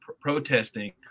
protesting